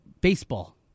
baseball